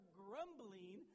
grumbling